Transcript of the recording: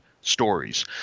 stories